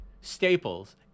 staples